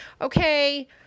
okay